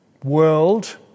world